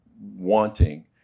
wanting